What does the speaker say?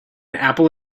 apple